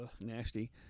nasty